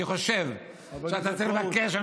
אני חושב שאתה צריך לבקש, חבר הכנסת פרוש.